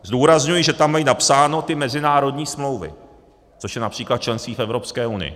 Zdůrazňuji, že tam mají napsány ty mezinárodní smlouvy, což je například členství v Evropské unii.